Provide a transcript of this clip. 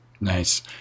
Nice